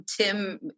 Tim